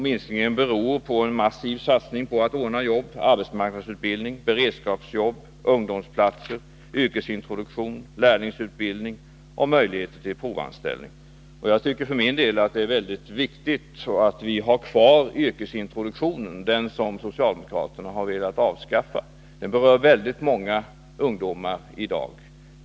Minskningen beror på en massiv satsning på att ordna jobb, arbetsmarknadsutbildning, beredskapsarbete, ungdomsplatser, yrkesintroduktion, lärlingsutbildning och möjligheter till provanställning. Jag tycker för min del att det är väldigt viktigt att vi har kvar yrkesintroduktionen, den som socialdemokraterna har velat avskaffa. Den berör väldigt många ungdomar i dag.